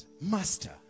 master